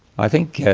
i think,